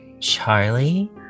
Charlie